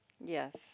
Yes